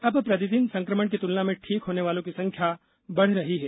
अब प्रतिदिन संक्रमण की तुलना में ठीक होने वालों की संख्या बढ़ रही है